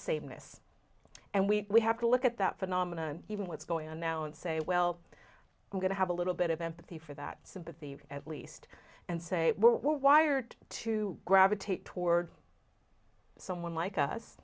sameness and we have to look at that phenomena and even what's going on now and say well i'm going to have a little bit of empathy for that sympathy at least and say we're wired to gravitate toward someone like us